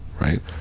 right